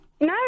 No